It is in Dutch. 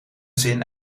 zin